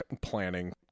planning